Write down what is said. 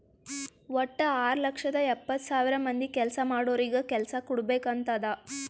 ವಟ್ಟ ಆರ್ ಲಕ್ಷದ ಎಪ್ಪತ್ತ್ ಸಾವಿರ ಮಂದಿ ಕೆಲ್ಸಾ ಮಾಡೋರಿಗ ಕೆಲ್ಸಾ ಕುಡ್ಬೇಕ್ ಅಂತ್ ಅದಾ